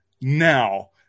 now